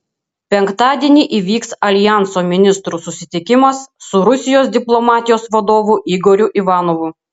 penktadienį įvyks aljanso ministrų susitikimas su rusijos diplomatijos vadovu igoriu ivanovu